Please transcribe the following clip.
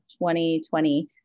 2020